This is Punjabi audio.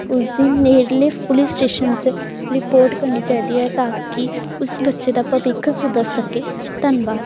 ਉਸਦੀ ਨੇੜਲੇ ਪੁਲਿਸ ਸਟੇਸ਼ਨ 'ਚ ਰਿਪੋਰਟ ਕਰਨੀ ਚਾਹੀਦੀ ਹੈ ਤਾਂ ਕਿ ਉਸ ਬੱਚੇ ਦਾ ਭਵਿੱਖ ਸੁਧਰ ਸਕੇ ਧੰਨਵਾਦ